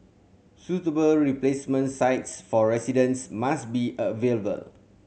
suitable replacement sites for residents must be available